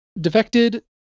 defected